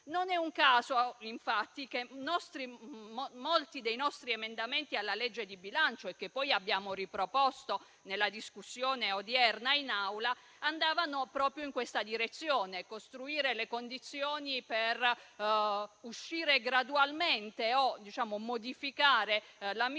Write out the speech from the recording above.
Non è un caso infatti che molti dei nostri emendamenti alla legge di bilancio, che poi abbiamo riproposto nella discussione odierna in Aula, andassero proprio in questa direzione: costruire le condizioni per uscire gradualmente o modificare la misura